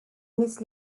nies